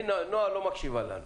הנה, נועה לא מקשיבה לנו.